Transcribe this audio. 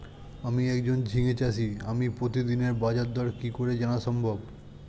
আমি একজন ঝিঙে চাষী আমি প্রতিদিনের বাজারদর কি করে জানা সম্ভব?